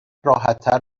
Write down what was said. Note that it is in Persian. راحتتر